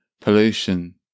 pollution